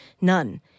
none